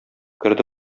керде